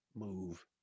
move